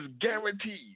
guaranteed